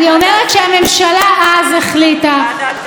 אני אומרת שהממשלה אז החליטה, מה דעתך?